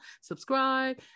subscribe